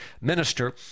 minister